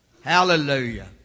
Hallelujah